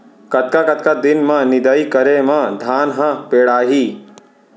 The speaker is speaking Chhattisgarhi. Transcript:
कतका कतका दिन म निदाई करे म धान ह पेड़ाही?